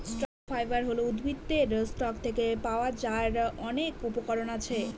stock fibre হল উদ্ভিদের stock থেকে পাওয়া যার অনেক উপকরণ আছে